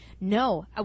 No